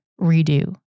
redo